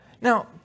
Now